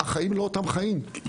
החיים לא אותם חיים.